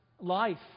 life